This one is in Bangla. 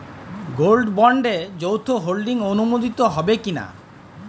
গোল্ড বন্ডে যৌথ হোল্ডিং অনুমোদিত হবে কিনা?